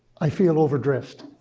i feel overdressed.